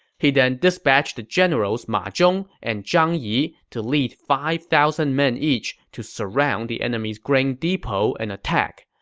he then dispatched the generals ma zhong and zhang yi to lead five thousand men each to surround the enemy's grain depot and attack.